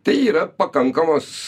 tai yra pakankamos